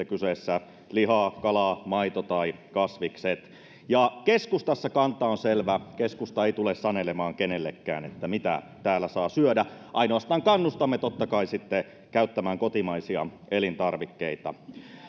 kyseessä liha kala maito tai kasvikset ja keskustassa kanta on selvä keskusta ei tule sanelemaan kenellekään mitä täällä saa syödä ainoastaan kannustamme totta kai käyttämään kotimaisia elintarvikkeita